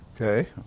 Okay